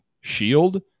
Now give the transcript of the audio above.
shield